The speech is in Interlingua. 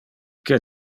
que